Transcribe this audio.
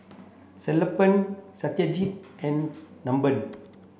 Sellapan Satyajit and